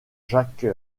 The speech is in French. jacques